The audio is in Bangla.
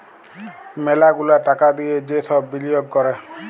ম্যালা গুলা টাকা দিয়ে যে সব বিলিয়গ ক্যরে